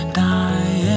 die